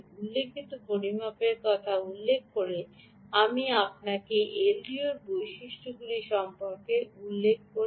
উল্লিখিত পরিমাপের কথা উল্লেখ করে আমি আপনাকে এলডিওর বৈশিষ্ট্যগুলি সম্পর্কে উল্লেখ করি